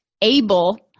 able